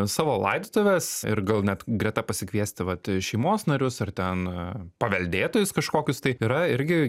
savo laidotuves ir gal net greta pasikviesti vat šeimos narius ar ten paveldėtojus kažkokius tai yra irgi